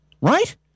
right